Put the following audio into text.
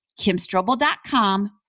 kimstrobel.com